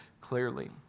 clearly